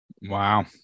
Wow